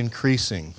increasing